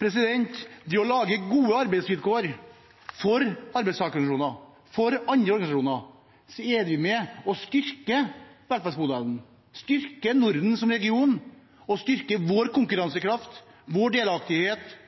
Ved å lage gode arbeidsvilkår for arbeidstakerorganisasjonene og andre organisasjoner er vi med på å styrke velferdsmodellen, Norden som region, konkurransekraften og delaktigheten vår,